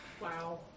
Wow